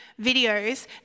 videos